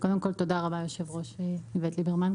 תודה רבה לכבוד היושב הראש איווט ליברמן.